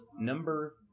number